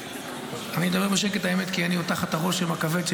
אני מדבר בשקט כי אני עוד תחת הרושם הכבד של